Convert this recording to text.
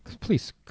please